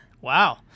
Wow